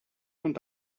und